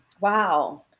Wow